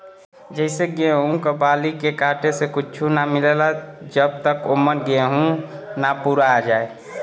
जइसे गेहूं क बाली के काटे से कुच्च्छो ना मिलला जब तक औमन गेंहू ना पूरा आ जाए